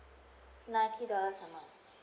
ninety dollars a month